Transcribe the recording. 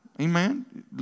amen